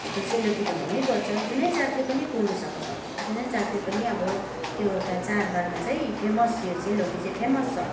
त्यो सेल रोटी त हुनैपर्छ जुनै जातले पनि पोल्नुसक्छ जुनै जातले पनि अब त्यो एउटा चाँडबाँडमा चाहिँ फेमस यो सेल रोटी चाहिँ फेमस छ